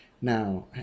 now